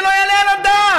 זה לא יעלה על הדעת.